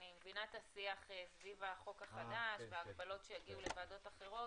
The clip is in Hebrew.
אני מבינה שסביב החוק החדש וההגבלות שיגיעו לוועדות אחרות,